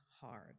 hard